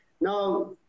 Now